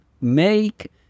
make